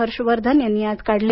हर्ष वर्धन यांनी आज काढले